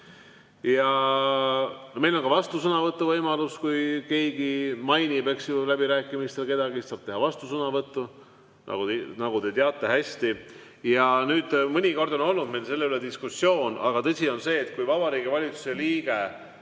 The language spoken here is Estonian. Meil on ka vastusõnavõtu võimalus: kui keegi mainib läbirääkimistel kedagi, saab teha vastusõnavõtu, nagu te teate. Mõnikord on meil olnud selle üle diskussioon, aga tõsi on see, et kui Vabariigi Valitsuse liige